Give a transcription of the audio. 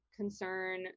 concern